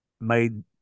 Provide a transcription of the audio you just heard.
made